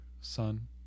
Son